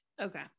Okay